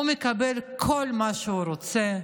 הוא מקבל כל מה שהוא רוצה,